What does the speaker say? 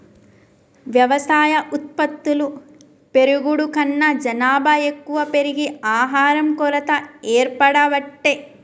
వ్యవసాయ ఉత్పత్తులు పెరుగుడు కన్నా జనాభా ఎక్కువ పెరిగి ఆహారం కొరత ఏర్పడబట్టే